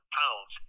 pounds